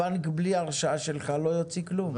הבנק בלי הרשאה שלך לא יוציא כלום.